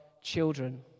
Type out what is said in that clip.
children